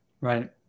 Right